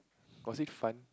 was it fun